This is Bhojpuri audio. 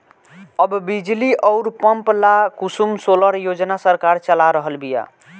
अब बिजली अउर पंप ला कुसुम सोलर योजना सरकार चला रहल बिया